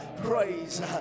praise